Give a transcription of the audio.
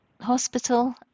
hospital